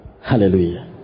Hallelujah